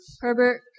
Herbert